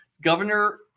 Governor